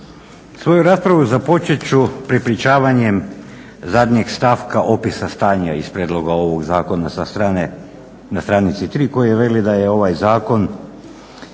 Svoju raspravu započet ću prepričavanjem zadnjeg stavka opisa stanja iz prijedloga ovog zakona na stranici tri koji veli da je ovaj zakon